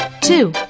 two